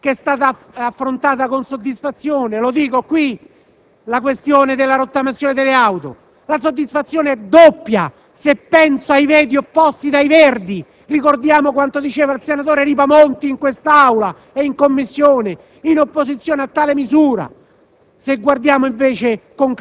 Vediamo, per esempio, con soddisfazione che è stata affrontata la questione della rottamazione delle auto. La soddisfazione è doppia se penso ai veti opposti dai Verdi (ricordiamo quanto diceva il senatore Ripamonti in Aula ed in Commissione in opposizione a tale misura).